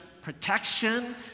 protection